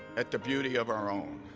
at the beauty of our own.